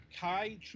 Kai